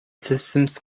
systems